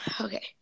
okay